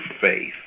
faith